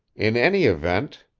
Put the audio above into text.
in any event,